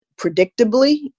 predictably